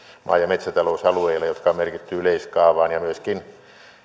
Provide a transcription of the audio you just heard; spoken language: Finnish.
maa ja metsätalousalueilla jotka on merkitty yleiskaavaan ja myöskin